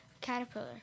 Caterpillar